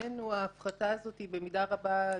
בעינינו ההפחתה הזאת היא במידה רבה שרירותית,